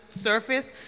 surface